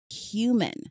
Human